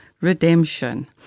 redemption